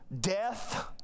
death